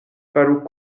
faru